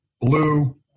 blue